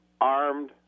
armed